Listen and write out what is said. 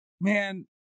man